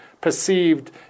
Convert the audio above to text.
perceived